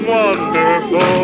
wonderful